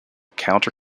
counter